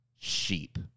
sheep